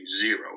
zero